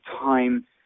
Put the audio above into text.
time